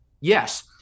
Yes